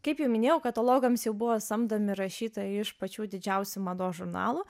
kaip jau minėjau katalogams jau buvo samdomi rašytojai iš pačių didžiausių mados žurnalų